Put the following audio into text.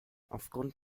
aufgrund